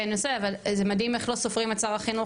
אבל זה מדהים איך לא סופרים את שר החינוך